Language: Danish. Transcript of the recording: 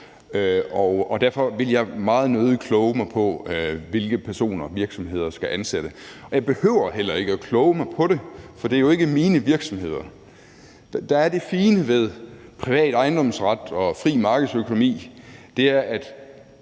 derfor vil jeg meget nødig kloge mig på, hvilke personer virksomheder skal ansætte. Og jeg behøver heller ikke at kloge mig på det, for det er jo ikke mine virksomheder. Der er det fine ved privat ejendomsret og fri markedsøkonomi, at